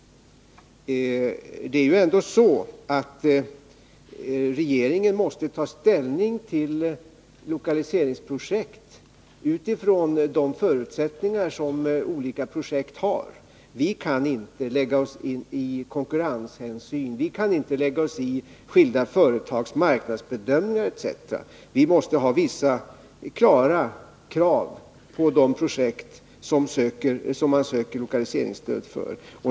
Det är ändå så att regeringen måste ta ställning till lokaliseringsprojekt utifrån de förutsättningar som olika projekt har. Vi kan inte ta konkurrenshänsyn. Vi kan inte lägga oss i skilda företags marknadsbedömningar etc. Vi måste ha vissa klara krav på de projekt som man söker lokaliseringsstöd för.